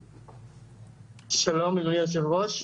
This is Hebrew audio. שלום, אדוני היושב-ראש.